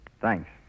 Thanks